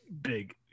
big